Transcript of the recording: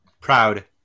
Proud